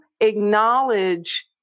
acknowledge